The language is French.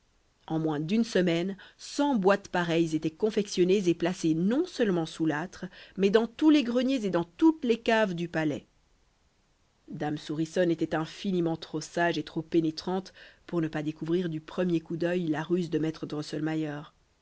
en moins d'une semaine cent boîtes pareilles étaient confectionnées et placées non seulement sous l'âtre mais dans tous les greniers et dans toutes les caves du palais dame souriçonne était infiniment trop sage et trop pénétrante pour ne pas découvrir du premier coup d'œil la ruse de maître